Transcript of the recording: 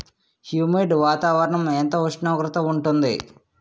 Humid వాతావరణం ఎంత ఉష్ణోగ్రత ఉంటుంది?